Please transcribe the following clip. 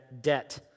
debt